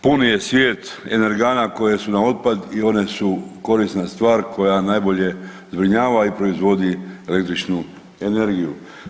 Pun je svijet energana koje su na otpad i one su korisna stvar koja najbolje zbrinjava i proizvodi električnu energiju.